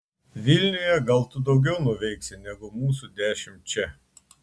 vilniuje gal tu daugiau nuveiksi negu mūsų dešimt čia